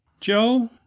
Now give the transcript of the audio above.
Joe